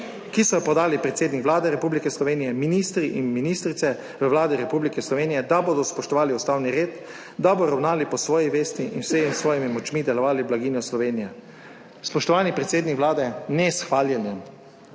ki so jo podali predsednik Vlade Republike Slovenije, ministri in ministrice v Vladi Republike Slovenije, da bodo spoštovali ustavni red, da bodo ravnali po svoji vesti in z vsemi svojimi močmi delovali za blaginjo Slovenije? Spoštovani predsednik Vlade, ne s hvaljenjem,